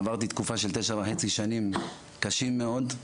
עברתי תקופה של 9.5 שנים קשות מאוד.